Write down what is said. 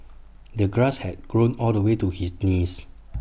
the grass had grown all the way to his knees